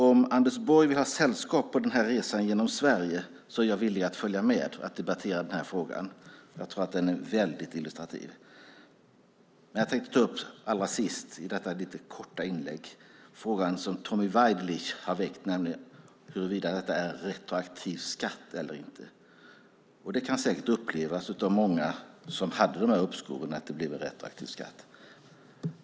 Om Anders Borg vill ha sällskap på resan genom Sverige är jag villig att följa med för att debattera den här frågan. Jag tror att den är väldigt illustrativ. Allra sist i detta korta inlägg vill jag ta upp den fråga som Tommy Waidelich har väckt, nämligen huruvida detta är retroaktiv skatt eller inte. Det kan säkert av många som hade de här uppskoven upplevas som en retroaktiv skatt.